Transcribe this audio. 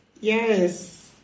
yes